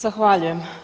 Zahvaljujem.